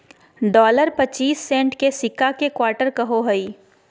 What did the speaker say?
dollar पच्चीस cent के सिक्का के क्वार्टर कहो हइ